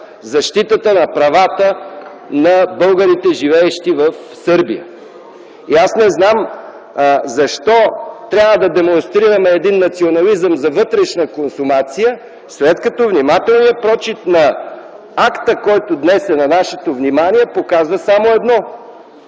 защитата на правата на българите, живеещи в Сърбия. И аз не знам защо трябва да демонстрираме един национализъм за вътрешна консумация, след като внимателния прочит на акта, който днес е на нашето внимание показва само едно